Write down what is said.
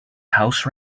house